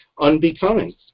unbecoming